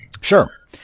Sure